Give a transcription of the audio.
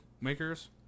Makers